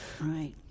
Right